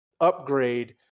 upgrade